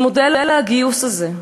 אז מודל הגיוס הזה,